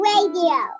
Radio